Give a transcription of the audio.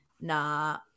nah